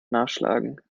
nachschlagen